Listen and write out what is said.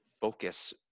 focus